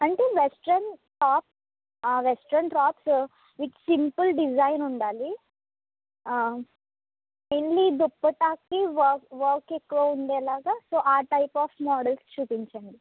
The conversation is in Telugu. అంటే వెస్ట్రన్ టాప్ ఆ western tops with simple design ఉండాలి ఓన్లీ దుప్పట్టాకి వర్క్ వర్క్ ఎక్కువ ఉండేలాగా సో ఆ టైప్ అఫ్ మోడల్స్ చూపించండి